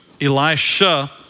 Elisha